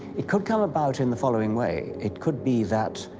it could come about in the following way. it could be that